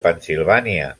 pennsilvània